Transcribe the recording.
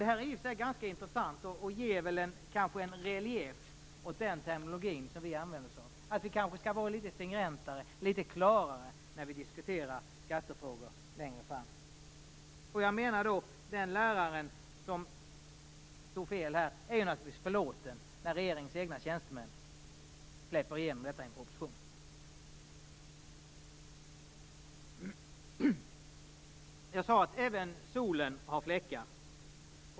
Det här är i och för sig ganska intressant. Det ger kanske en relief åt den terminologi som vi använder oss av. Vi kanske skall vara litet stringentare, litet klarare, när vi diskuterar skattefrågor i framtiden. Jag menar att den lärare som tog fel här naturligtvis är förlåten när regeringens egna tjänstemän släpper igenom detta i en proposition. Jag sade att även solen har fläckar.